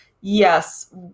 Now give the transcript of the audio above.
yes